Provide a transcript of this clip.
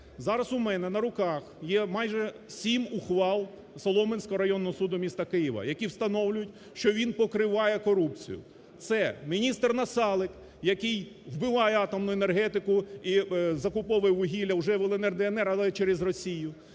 Зараз у мене на руках є майже сім ухвал Солом'янського районного суду міста Києва, які встановлюють, що він покриває корупцію, це міністр Насалик, який вбиває атомну енергетику і закуповує вугілля вже в ЛНР, ДНР, але через Росію.